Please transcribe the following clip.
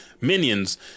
minions